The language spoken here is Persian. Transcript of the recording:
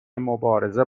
مبارزه